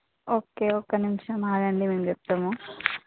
ఒకే ఒక నిమిషం ఆగండి మేము చెప్తాము